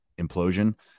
implosion